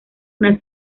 una